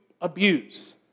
abuse